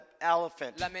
elephant